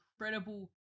incredible